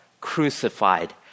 crucified